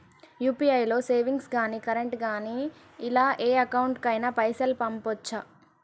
UPI తో savings గాని current గాని ఇలా ఏ అకౌంట్ కైనా పైసల్ పంపొచ్చా?